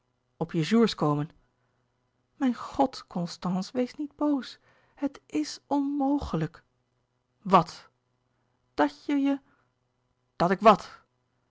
op je jours komen mijn god constance wees niet boos het i s onmogelijk wat dat je je dat ik wat